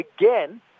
again